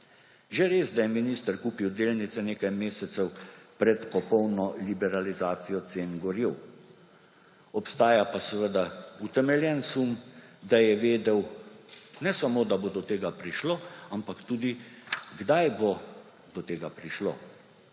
Že res, da je minister kupil delnice nekaj mesecev pred popolno liberalizacijo cen goriv. Obstaja pa seveda utemeljen sum, da je vedel ne samo da bo do tega prišlo, ampak tudi, kdaj bo do tega prišlo.